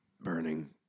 Burning